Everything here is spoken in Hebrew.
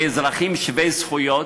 כאזרחים שווי זכויות,